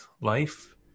life